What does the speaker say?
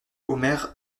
omer